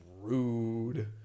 rude